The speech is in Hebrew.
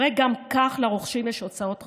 הרי גם כך לרוכשים יש הוצאות רבות,